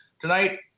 Tonight